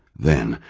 then,